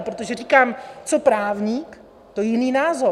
Protože říkám, co právník, to jiný názor.